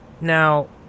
Now